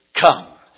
come